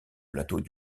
plateau